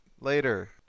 later